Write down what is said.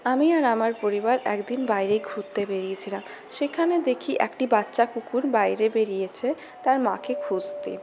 আমি আর আমার পরিবার একদিন বাইরে ঘুরতে বেড়িয়েছিলাম সেখানে দেখি একটি বাচ্চা কুকুর বাইরে বেরিয়েছে তার মাকে খুঁজতে